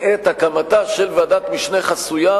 את הקמתה של ועדת משנה חסויה,